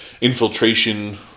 infiltration